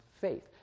faith